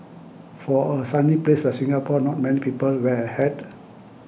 for a sunny place like Singapore not many people wear a hat